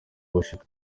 worship